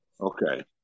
Okay